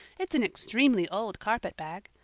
it's an extremely old carpet-bag.